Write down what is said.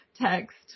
text